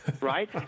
Right